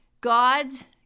God's